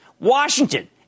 Washington